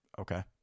okay